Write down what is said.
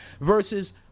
versus